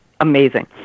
amazing